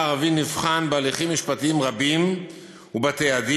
הערבי נבחן בהליכים משפטיים רבים ובבתי-הדין,